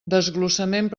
desglossament